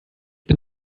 bin